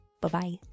Bye-bye